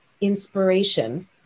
inspiration